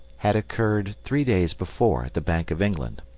had occurred three days before at the bank of england.